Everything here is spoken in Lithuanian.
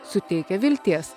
suteikia vilties